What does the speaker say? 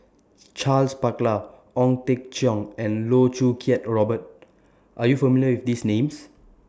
Charles Paglar Ong Teng Cheong and Loh Choo Kiat Robert Are YOU familiar with These Names